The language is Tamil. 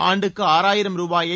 ஆண்டுக்கு ஆறாயிரம் ரூபாயை